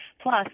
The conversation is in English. Plus